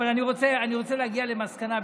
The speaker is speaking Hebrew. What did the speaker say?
אני רוצה להגיע למסקנה,